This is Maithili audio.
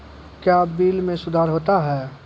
क्या बिल मे सुधार होता हैं?